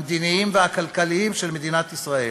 המדיניים והכלכליים של מדינת ישראל.